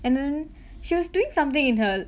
and then she was doing something in her